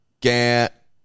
Get